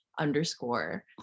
underscore